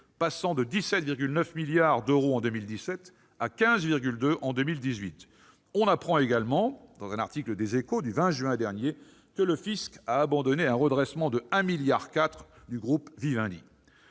passant de 17,9 milliards d'euros en 2017 à 15,2 milliards en 2018. On apprend également, dans un article du journal du 20 juin dernier, que le fisc a abandonné un redressement de 1,4 milliard d'euros adressé